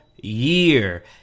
year